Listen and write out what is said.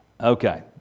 Okay